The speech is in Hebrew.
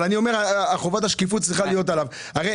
אבל חובת השקיפות צריכה להיות על היועץ.